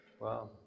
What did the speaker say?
Wow